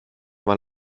man